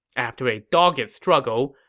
after a dogged struggle,